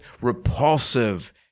repulsive